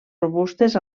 robustes